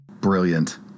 Brilliant